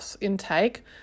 intake